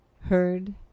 heard